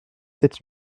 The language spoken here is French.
sept